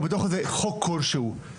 או בתוך חוק כלשהו.